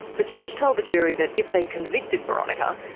the judge told the jury that if they convicted boronika,